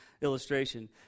illustration